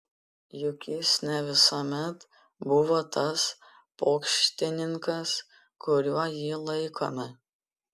juk jis ne visuomet buvo tas pokštininkas kuriuo jį laikome